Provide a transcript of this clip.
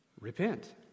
repent